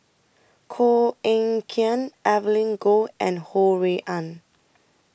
Koh Eng Kian Evelyn Goh and Ho Rui An